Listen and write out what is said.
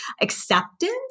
Acceptance